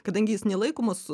kadangi jis nelaikomas